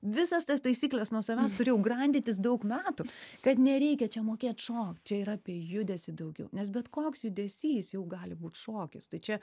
visas tas taisykles nuo savęs turėjau grandytis daug metų kad nereikia čia mokėt o čia yra apie judesį daugiau nes bet koks judesys jau gali būt šokis tai čia